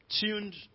tuned